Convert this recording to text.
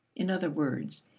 in other words,